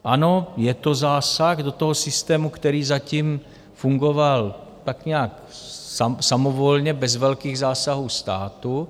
Ano, je to zásah do systému, který zatím fungoval tak nějak samovolně, bez velkých zásahů státu.